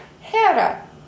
Hera